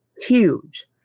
huge